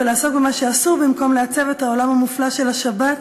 ולעסוק במה שאסור במקום לעצב את העולם המופלא של השבת,